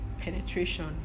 penetration